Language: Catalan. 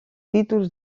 títols